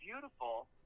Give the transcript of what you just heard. beautiful